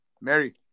Mary